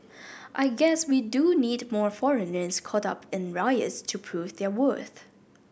I guess we do need more foreigners caught up in riots to prove their worth